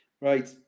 Right